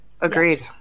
Agreed